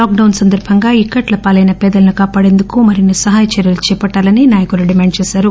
lockdown సందర్బంగా ఇక్కట్ల పాలైన పేదలను కాపాడేందుకు మరిన్ని సహాయ చర్చలు చేపట్టాలని ఈ నాయకులు డిమాండ్ చేశారు